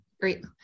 great